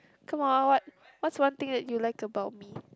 come on what what's one thing that you like about me